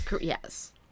yes